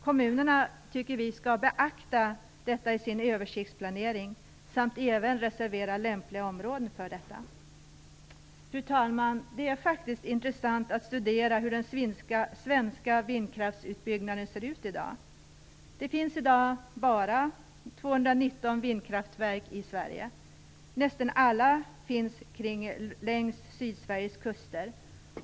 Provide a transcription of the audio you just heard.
Kommunerna bör beakta detta i sin översiktsplanering samt reservera lämpliga områden för vindkraften. Fru talman! Det är intressant att studera hur den svenska vindkraftsutbyggnaden ser ut i dag. Det finns i dag bara 219 vindkraftverk i Sverige, nästan alla längs Sydsveriges kuster.